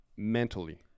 mentally